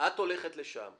את הולכת לשם,